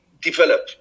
develop